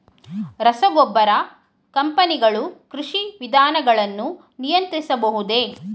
ರಸಗೊಬ್ಬರ ಕಂಪನಿಗಳು ಕೃಷಿ ವಿಧಾನಗಳನ್ನು ನಿಯಂತ್ರಿಸಬಹುದೇ?